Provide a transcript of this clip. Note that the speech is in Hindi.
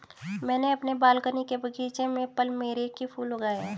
मैंने अपने बालकनी के बगीचे में प्लमेरिया के फूल लगाए हैं